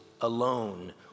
alone